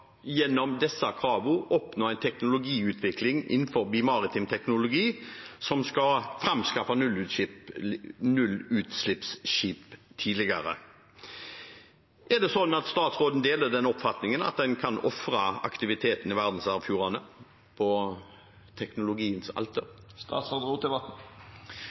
oppnå en teknologiutvikling innenfor maritim teknologi som skal framskaffe nullutslippsskip tidligere. Er det slik at statsråden deler den oppfatningen at en kan ofre aktiviteten i verdensarvfjordene på teknologiens alter?